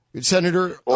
Senator